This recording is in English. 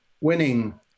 winning